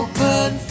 Open